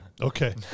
Okay